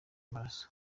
amaraso